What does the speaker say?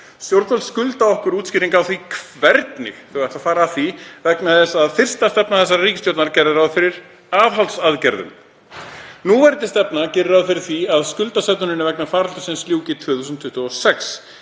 Stjórnvöld skulda okkur útskýringu á því hvernig þau ætla að fara að því vegna þess að fyrsta stefna þessarar ríkisstjórnar gerði ráð fyrir aðhaldsaðgerðum. Núverandi stefna gerir ráð fyrir því að skuldasöfnuninni vegna faraldursins ljúki 2026.